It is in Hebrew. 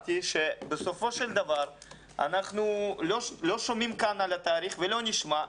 בסופו של דבר אנחנו לא שומעים כאן על התאריך ולא נשמע.